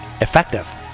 effective